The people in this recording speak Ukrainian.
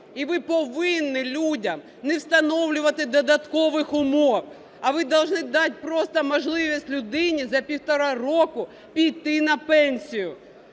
і ви повинні людям не встановлювати додаткових умов, а ви должны дать просто можливість людині за півтора року піти на пенсію.